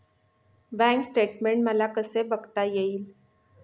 Bank statement मला कसे बघता येईल?